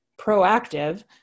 proactive